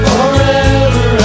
Forever